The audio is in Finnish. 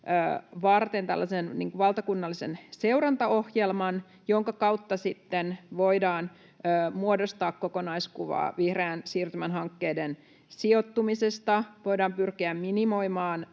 tällaisen valtakunnallisen seurantaohjelman, jonka kautta sitten voidaan muodostaa kokonaiskuvaa vihreän siirtymän hankkeiden sijoittumisesta, voidaan pyrkiä minimoimaan